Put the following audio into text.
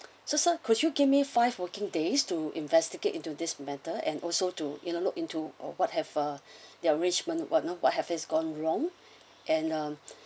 so sir could you give me five working days to investigate into this matter and also to you know look into or what have ah their arrangement what not what have they gone wrong and um